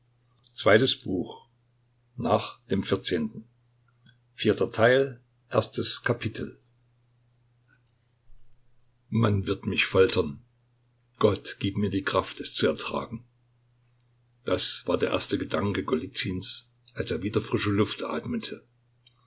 man wird mich foltern gott gib mir die kraft es zu ertragen das war der erste gedanke golizyns als er wieder frische luft atmete